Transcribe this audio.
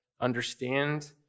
understand